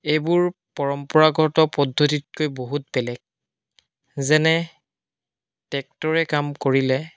এইবোৰ পৰম্পৰাগত পদ্ধতিতকৈ বহুত বেলেগ যেনে টেক্টৰে কাম কৰিলে